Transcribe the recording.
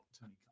Tony